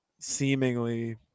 Seemingly